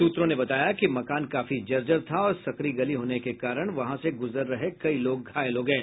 सूत्रों ने बताया कि मकान काफी जर्जर था और सकरी गली होने के कारण वहां से गुजर रहे कई लोग घायल हो गये